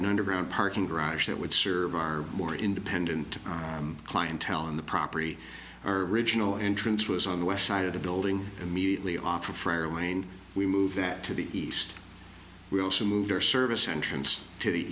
an underground parking garage that would serve our more independent clientele in the property our original entrance was on the west side of the building immediately offer for wind we move that to the east we also moved our service entrance to the